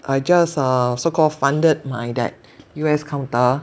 I just uh so called funded my that U_S counter